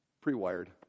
pre-wired